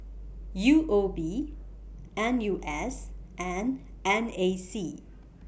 U O B N U S and N A C